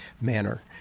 manner